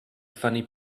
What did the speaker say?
funny